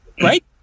right